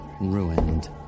ruined